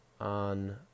on